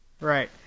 Right